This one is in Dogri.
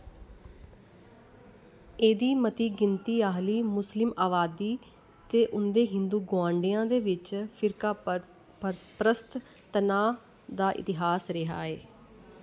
एह्दी मती गिनती आह्ली मुस्लम अबादी ते उं'दे हिंदू गोआंढियें दे बिच्च फिरकापरस्त तनाऽ दा इतिहास रेहा ऐ